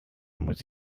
muss